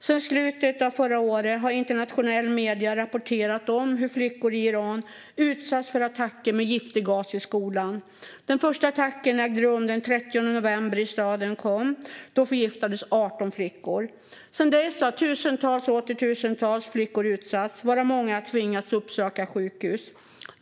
Sedan slutet av förra året har internationella medier rapporterat om hur flickor i Iran utsatts för attacker med giftig gas i skolan. Den första attacken ägde rum den 30 november i staden Qom. Då förgiftades 18 flickor. Sedan dess har tusentals och åter tusentals flickor utsatts, varav många har tvingats att uppsöka sjukhus.